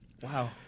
Wow